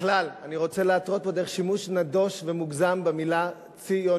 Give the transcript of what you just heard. ככלל אני רוצה להתריע פה על שימוש נדוש ומוגזם במלה "ציונית".